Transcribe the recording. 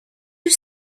you